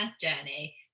journey